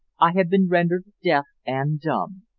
i had been rendered deaf and dumb!